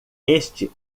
este